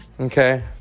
okay